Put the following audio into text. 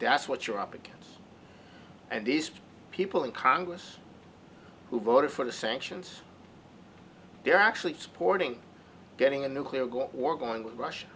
that's what you're up against and these people in congress who voted for the sanctions they're actually supporting getting a nuclear goal or going with russia